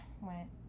went